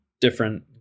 different